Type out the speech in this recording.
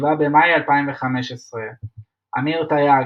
7 במאי 2015 אמיר טייג,